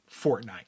Fortnite